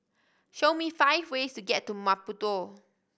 show me five ways to get to Maputo